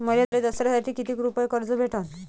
मले दसऱ्यासाठी कितीक रुपये कर्ज भेटन?